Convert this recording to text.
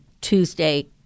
Tuesday